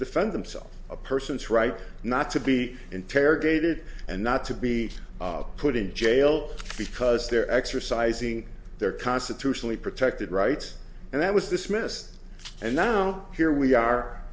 defend themselves a person's right not to be interrogated and not to be put in jail because they're exercising their constitutional protected rights and that was dismissed and now here we are